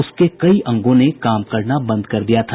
उसके कई अंगों ने काम करना बंद कर दिया था